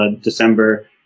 December